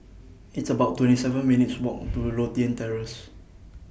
It's about twenty seven minutes' Walk to Lothian Terrace